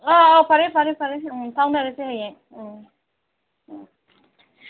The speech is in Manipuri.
ꯑꯥ ꯑꯥ ꯐꯔꯦ ꯐꯔꯦ ꯐꯔꯦ ꯎꯝ ꯐꯥꯎꯅꯔꯁꯤ ꯍꯌꯦꯡ ꯎꯝ ꯎꯝ